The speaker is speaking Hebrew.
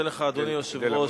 השר,